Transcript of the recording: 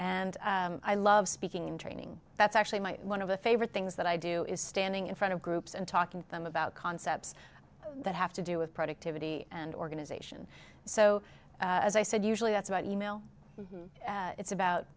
and i love speaking in training that's actually my one of the favorite things that i do is standing in front of groups and talking to them about concepts that have to do with productivity and organization so as i said usually that's about e mail it's about